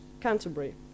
Canterbury